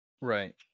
Right